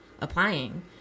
applying